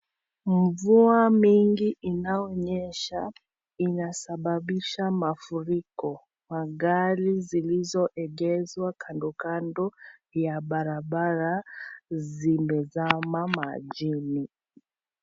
Mvua mingi inayonyesha, inasababisha mafuriko. Magari zilizoegeshwa kando kando ya barabara zimezama majini.